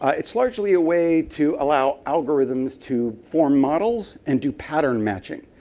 ah it's largely a way to allow algorithms to form models and do pattern matching.